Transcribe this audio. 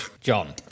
John